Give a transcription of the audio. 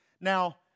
Now